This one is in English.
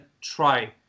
try